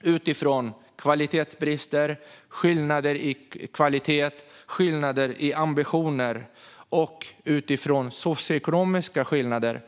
Det handlar om kvalitetsbrister, skillnader i kvalitet och skillnader i ambitioner, och det kan relateras till socioekonomiska skillnader